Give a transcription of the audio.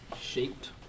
Shaped